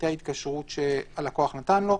לפרטי ההתקשרות שהלקוח נתן לו,